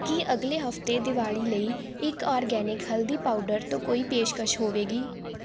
ਕੀ ਅਗਲੇ ਹਫਤੇ ਦੀਵਾਲੀ ਲਈ ਇੱਕ ਔਰਗੈਨਿਕ ਹਲਦੀ ਪਾਊਡਰ ਤੋਂ ਕੋਈ ਪੇਸ਼ਕਸ਼ ਹੋਵੇਗੀ